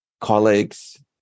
colleagues